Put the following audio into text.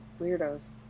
weirdos